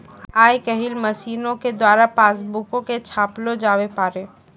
आइ काल्हि मशीनो के द्वारा पासबुको के छापलो जावै पारै